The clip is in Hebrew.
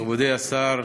מכובדי השר,